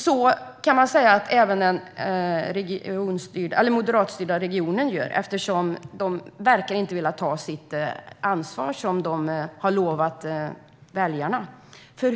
Så kan man säga att även den moderatstyrda regionen gör, eftersom de inte verkar vilja ta sitt ansvar som de har lovat väljarna.